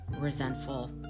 resentful